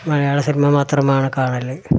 മലയാള cinema മാത്രമാണ് കാണല